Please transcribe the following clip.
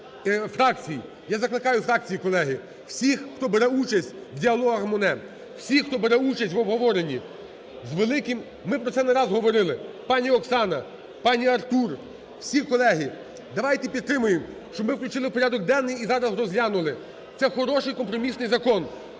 Я закликаю фракції, колеги, всіх, хто бере участь в "Діалогах Моне", всі, хто буре участь в обговоренні, з великим… Ми про це не раз говорили. Пані Оксана, пан Артур, всі колеги, давайте підтримаємо, щоб ми включили в порядок денний і зараз розглянули, це хороший компромісний закон.